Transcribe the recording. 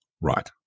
Right